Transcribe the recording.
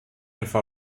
etwa